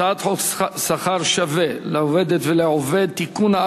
הצעת חוק שכר שווה לעובדת ולעובד (תיקון,